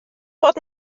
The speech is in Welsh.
bod